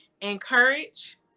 encourage